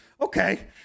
okay